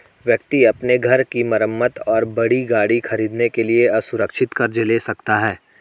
व्यक्ति अपने घर की मरम्मत और बड़ी गाड़ी खरीदने के लिए असुरक्षित कर्ज ले सकता है